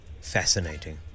Fascinating